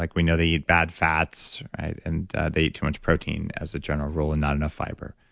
like we know they eat bad fats and they eat too much protein as a general rule and not enough fiber.